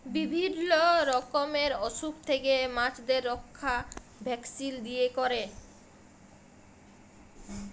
বিভিল্য রকমের অসুখ থেক্যে মাছদের রক্ষা ভ্যাকসিল দিয়ে ক্যরে